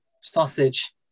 sausage